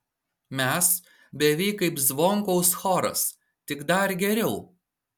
mes beveik kaip zvonkaus choras tik dar geriau